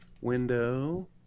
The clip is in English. window